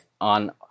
on